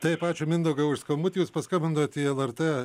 taip ačiū mindaugai už skambutį jūs paskambinote į lrt